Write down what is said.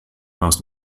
most